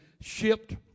shipped